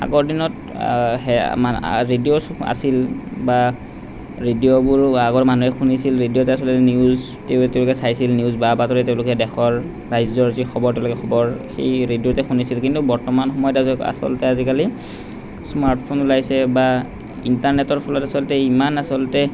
আৰু আগৰ দিনত সেয়া মানে ৰেডিঅ'ছ আছিল বা ৰেডিঅ'বোৰো আগৰ মানুহে শুনিছিল ৰেডিঅ'ত আচলতে নিউজ তেওঁ তেওঁলোকে চাইছিল নিউজ বা বাতৰি তেওঁলোকে দেশৰ ৰাজ্যৰ যি খবৰ তেওঁলোকে খবৰ সেই ৰেডিঅ'তে শুনিছিল কিন্তু বৰ্তমান সময়ত আজি আচলতে আজিকালি স্মাৰ্টফোন ওলাইছে বা ইণ্টাৰনেটৰ ফলত আচলতে ইমান আচলতে